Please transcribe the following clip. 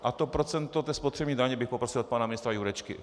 A to procento spotřební daně bych poprosil od pana ministra Jurečky.